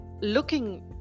looking